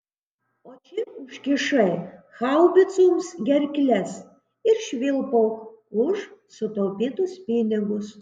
o čia užkišai haubicoms gerkles ir švilpauk už sutaupytus pinigus